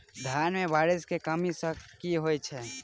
धान मे बारिश केँ कमी सँ की होइ छै?